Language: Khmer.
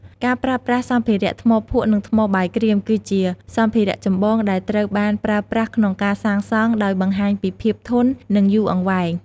ការប្រើប្រាស់សម្ភារៈ ថ្មភក់ និងថ្មបាយក្រៀម គឺជាសម្ភារៈចម្បងដែលត្រូវបានប្រើប្រាស់ក្នុងការសាងសង់ ដោយបង្ហាញពីភាពធន់ និងយូរអង្វែង។